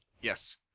yes